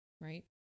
Right